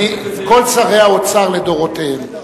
כל שרי האוצר לדורותיהם,